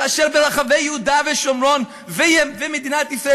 כאשר ברחבי יהודה ושומרון ומדינת ישראל